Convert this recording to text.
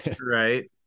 Right